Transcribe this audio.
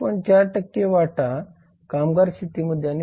4 कामगार शेतीमध्ये आणि 22